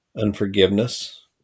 unforgiveness